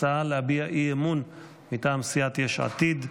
הצעה להביע אי-אמון מטעם סיעת יש עתיד בנושא: